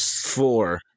Four